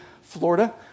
Florida